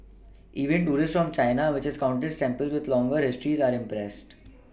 even tourists from China which has countless temples with longer histories are impressed